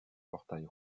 portail